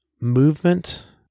movement